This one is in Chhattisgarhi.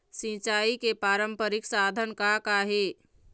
सिचाई के पारंपरिक साधन का का हे?